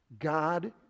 god